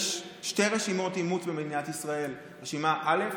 יש שתי רשימות אימוץ במדינת ישראל: רשימה א',